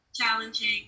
challenging